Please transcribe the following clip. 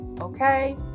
Okay